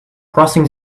crossing